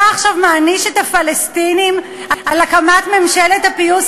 אתה עכשיו מעניש את הפלסטינים על הקמת ממשלת הפיוס,